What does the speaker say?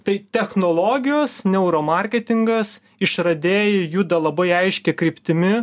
tai technologijos neuro marketingas išradėjai juda labai aiškia kryptimi